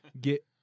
get